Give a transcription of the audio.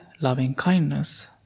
loving-kindness